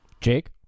Jake